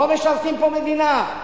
לא משרתים פה מדינה.